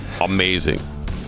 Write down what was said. amazing